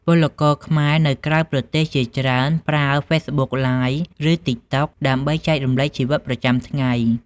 ពលករខ្មែរនៅក្រៅប្រទេសជាច្រើនប្រើ Facebook Live ឬ TikTok ដើម្បីចែករំលែកជីវិតប្រចាំថ្ងៃ។